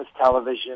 television